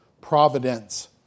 providence